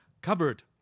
covered